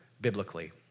biblically